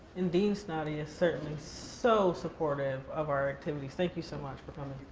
and dean snoddy is certainly so supportive of our activities, thank you so much for coming.